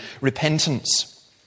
repentance